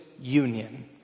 union